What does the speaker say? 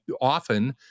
often